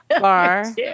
bar